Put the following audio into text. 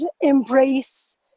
embrace